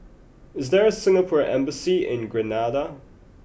is there a Singapore Embassy in Grenada